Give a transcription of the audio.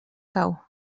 cau